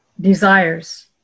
desires